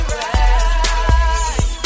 right